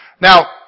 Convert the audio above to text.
Now